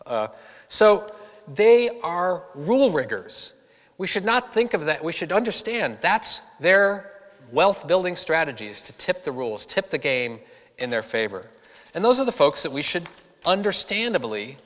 so they are rule riggers we should not think of that we should understand that's their wealth building strategies to tip the rules tip the game in their favor and those are the folks that we should understandably